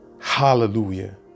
Hallelujah